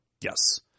Yes